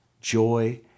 joy